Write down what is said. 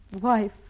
wife